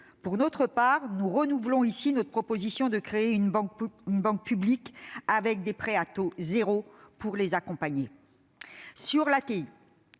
Pour notre part, nous renouvelons ici notre proposition de créer une banque publique offrant des prêts à taux zéro pour accompagner